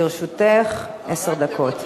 לרשותך עשר דקות.